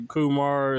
Kumar